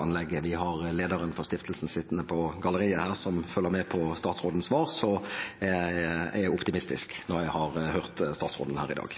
anlegget. Lederen for stiftelsen sitter på galleriet her og følger med på statsrådens svar, og jeg er optimistisk etter å ha hørt statsråden her i dag.